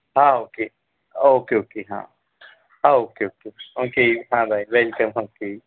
હા ઓકે હા okay okay હા હા ઓકે ઓકે હા બાય વૅલકમ ઓકે